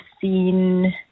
seen